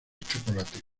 chocolate